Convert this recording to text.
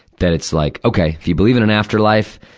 that it's like, okay, if you believe in an afterlife,